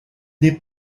des